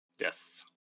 Yes